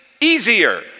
easier